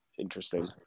interesting